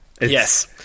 Yes